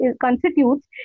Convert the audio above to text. constitutes